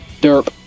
Derp